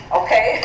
okay